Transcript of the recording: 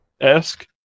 esque